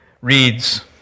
reads